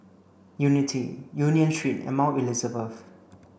Unity Union Street and Mount Elizabeth